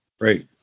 right